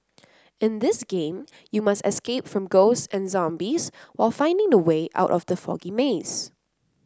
in this game you must escape from ghosts and zombies while finding the way out of the foggy maze